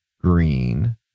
green